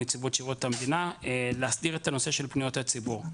נציבות שירות המדינה להסדיר את הנושא של פניות הציבור.